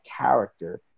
character